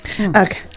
okay